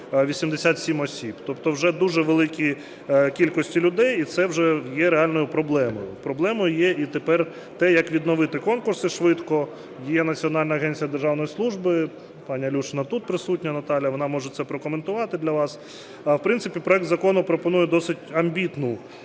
87 осіб, тобто вже дуже великої кількості людей, і це вже є реальною проблемою. Проблемою є і тепер те, як відновити конкурси швидко. Є Національна агенція державної служби, пані Алюшина тут присутня, Наталія. Вона може це прокоментувати для вас. В принципі, проект закону пропонує досить амбітну